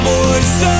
voice